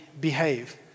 behave